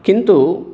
किन्तु